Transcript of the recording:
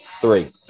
three